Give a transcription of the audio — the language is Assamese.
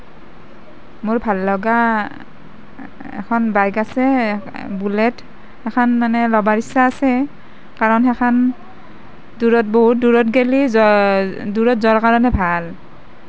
মোৰ ভাল লগা এখন বাইক আছে বুলেট সেইখন মানে ল'বৰ ইচ্ছা আছে কাৰণ সেইখন দূৰত বহুত দূৰত গ'লে দূৰত যোৱাৰ কাৰণে ভাল